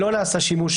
שלא נעשה שימוש,